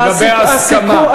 לגבי הסכמה.